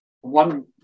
one